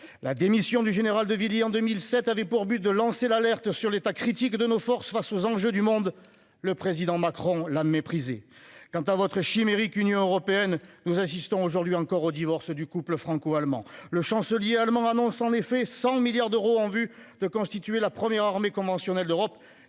La démission du général de Villiers en 2017 avait pour but de lancer l'alerte sur l'état critique de nos forces face aux enjeux du monde ; le président Macron l'a méprisée. S'agissant de votre chimérique Union européenne, nous assistons, aujourd'hui encore, au divorce du couple franco-allemand. Le chancelier allemand annonce, en effet, un fonds de 100 milliards d'euros, en vue de constituer la première armée conventionnelle d'Europe